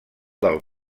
del